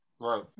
Right